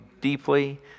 deeply